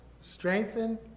strengthen